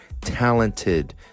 talented